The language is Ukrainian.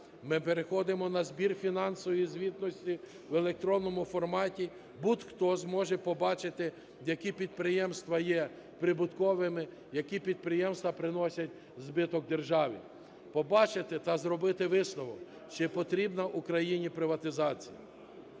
Ми переходимо на збір фінансової звітності в електронному форматі, будь-хто зможе побачити, які підприємства є прибутковими, які підприємства приносять збиток державі. Побачити та зробити висновок, чи потрібна Україні приватизація.